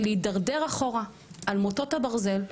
להידרדר אחורה על מוטות הברזל,